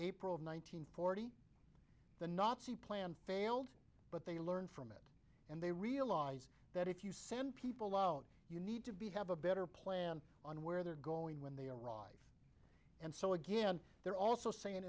hundred forty the nazi plan failed but they learn from it and they realize that if you send people out you need to be have a better plan on where they're going when they arrive and so again they're also saying